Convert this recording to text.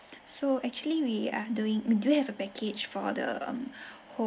so actually we are doing we do have a package for the um whole